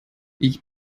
ich